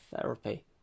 therapy